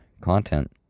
content